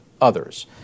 others